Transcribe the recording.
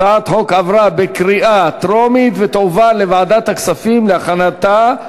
הצעת החוק עברה בקריאה טרומית ותועבר לוועדת הכספים להכנתה,